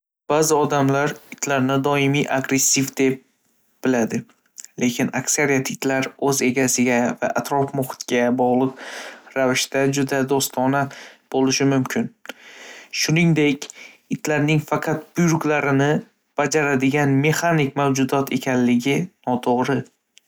Ba’zi odamlar itlarni doimo agressiv deb biladi. Lekin aksariyat itlar o‘z egasiga va atrof-muhitiga bog‘liq ravishda juda do‘stona bo‘lishi mumkin. Shuningdek, itlarning faqat buyruqlarni bajaradigan mexanik mavjudot ekanligi noto‘g‘ri.